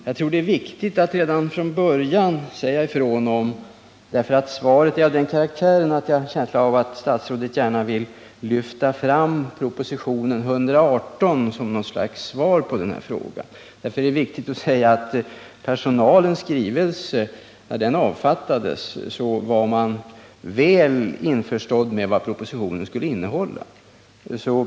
Svaret är av den karaktären att jag får en känsla av att statsrådet gärna vill lyfta fram propositionen 118 som ett slags svar på frågan. Därför är det viktigt att påpeka att när personalens skrivelse avfattades var man väl införstådd med vad propositionen skulle innehålla.